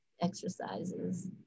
exercises